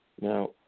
Now